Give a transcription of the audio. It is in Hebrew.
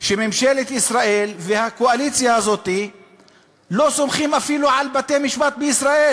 ממשלת ישראל והקואליציה לא סומכות אפילו על בתי-משפט בישראל.